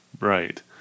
right